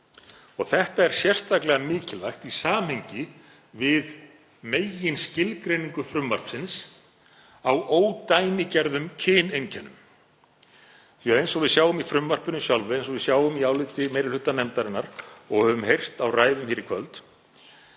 Þetta er sérstaklega mikilvægt í samhengi við meginskilgreiningu frumvarpsins á ódæmigerðum kyneinkennum því að eins og við sjáum í frumvarpinu sjálfu, eins og við sjáum í áliti meiri hluta nefndarinnar og höfum heyrt á ræðum hér í kvöld,